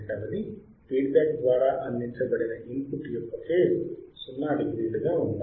రెండవది feedback ద్వారా అందించబడిన ఇన్పుట్ యొక్క ఫేజ్ 0 డిగ్రీలుగా ఉండాలి